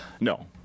No